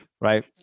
Right